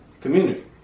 community